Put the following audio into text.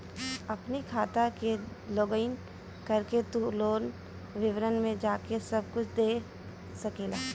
अपनी खाता के लोगइन करके तू लोन विवरण में जाके सब कुछ देख सकेला